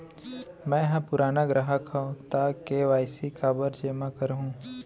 मैं ह पुराना ग्राहक हव त के.वाई.सी काबर जेमा करहुं?